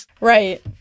Right